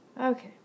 Okay